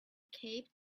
cape